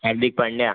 Hardik Pandya